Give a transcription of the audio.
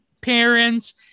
parents